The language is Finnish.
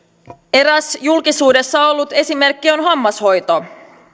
eräs julkisuudessa ollut esimerkki on hammashoito